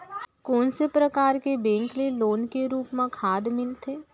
कोन से परकार के बैंक ले लोन के रूप मा खाद मिलथे?